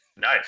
Nice